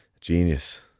genius